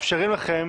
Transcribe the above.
מאפשרים לכם